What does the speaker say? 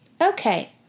Okay